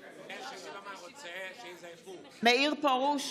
(קוראת בשמות חברי הכנסת) מאיר פרוש,